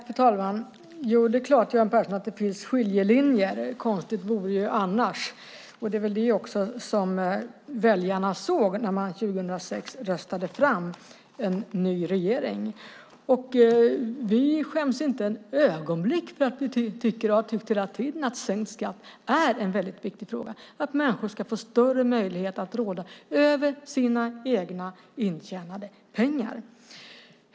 Fru talman! Visst finns det skiljelinjer, Göran Persson. Konstigt vore det annars. Det är det som väljarna såg när de 2006 röstade fram en ny regering. Vi skäms inte ett ögonblick för att vi hela tiden har tyckt att sänkt skatt är en viktig fråga. Människor ska få större möjlighet att råda över sina egna intjänade pengar.